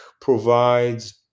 provides